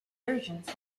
versions